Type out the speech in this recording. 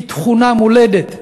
שהיא תכונה מולדת,